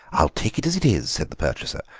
i'll take it as it is, said the purchaser,